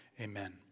Amen